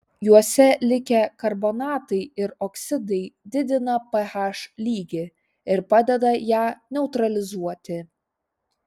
juose likę karbonatai ir oksidai didina ph lygį ir padeda ją neutralizuoti